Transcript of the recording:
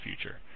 future